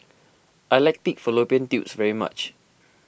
I like Pig Fallopian Tubes very much